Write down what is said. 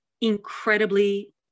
incredibly